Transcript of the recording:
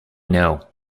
know